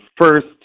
first